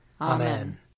Amen